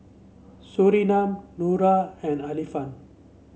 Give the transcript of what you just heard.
Surinam Nura and Alfian